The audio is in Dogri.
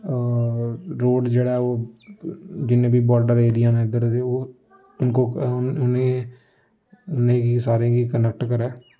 हां रोड़ जेह्ड़ा ऐ ओह् जिन्ने बी बार्डर एरिया न इद्धरै दे ओह् उनको उ'नें गी लेइयै सारें गी कनैक्ट करै